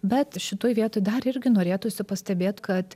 bet šitoj vietoj dar irgi norėtųsi pastebėt kad